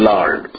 Lord